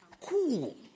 cool